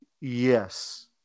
Yes